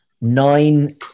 nine